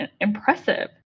impressive